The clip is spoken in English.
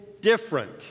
different